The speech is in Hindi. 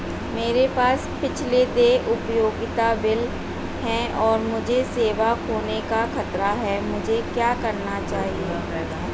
मेरे पास पिछले देय उपयोगिता बिल हैं और मुझे सेवा खोने का खतरा है मुझे क्या करना चाहिए?